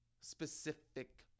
specific